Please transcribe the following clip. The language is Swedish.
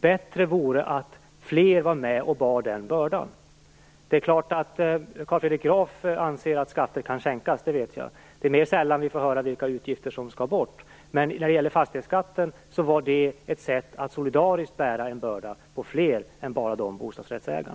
Bättre vore att fler var med och bar den bördan. Carl Fredrik Graf anser att skatter kan sänkas, det vet jag. Det är mer sällan vi får höra vilka utgifter som skall bort. Men när det gäller fastighetsskatten var den ett sätt att låta fler solidariskt bära bördan än bara dessa bostadsrättsägare.